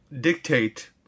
dictate